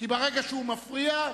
כי ברגע שהוא מפריע,